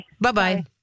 Bye-bye